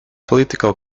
political